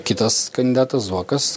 kitas kandidatas zuokas